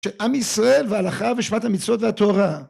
שעם ישראל והלכה ושפת המצוות והתורה